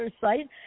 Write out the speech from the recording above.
site